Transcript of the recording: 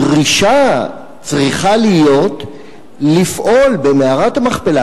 הדרישה צריכה להיות לפעול במערת המכפלה,